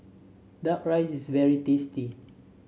duck rice is very tasty